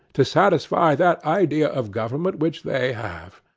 to satisfy that idea of government which they have.